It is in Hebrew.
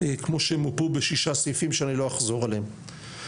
כמו שמופו בשישה סעיפים שאני לא אחזור עליהם.